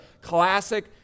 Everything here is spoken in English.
classic